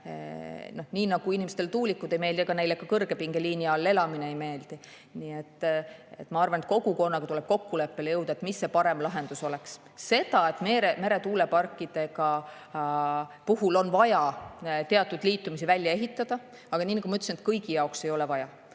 Nii nagu inimestele ei meeldi tuulikud, ei meeldi neile ka kõrgepingeliini all elamine. Nii et ma arvan, et kogukonnaga tuleb kokkuleppele jõuda, mis see parem lahendus oleks. Meretuuleparkide puhul on vaja teatud liitumisi välja ehitada, aga nii nagu ma ütlesin, kõigi jaoks ei ole vaja.